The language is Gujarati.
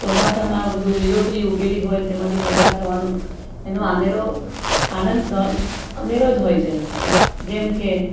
ચોમાસામાં બધું લીલોતરી ઊગેલી હોય ને તેમાંથી પસાર થવાનું એનો અનેરો આનંદ અનેરો જ હોય છે જેમકે